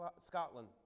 Scotland